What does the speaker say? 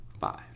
Five